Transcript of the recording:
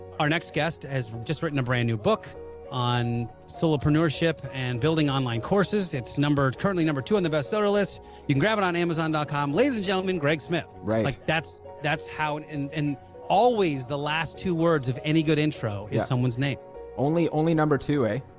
our next guest has just written a brand-new book on solopreneurship and building online courses its number currently number two on the bestseller list you can grab it on amazon dot com ladies and gentlemen greg smith right like that's that's how and and and always the last two words of any good intro someone's name only only number to a